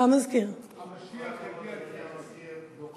ההצעה עברה, והיא